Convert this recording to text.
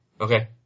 Okay